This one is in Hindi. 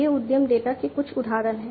ये उद्यम डेटा के कुछ उदाहरण हैं